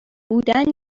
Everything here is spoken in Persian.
بودن